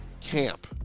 camp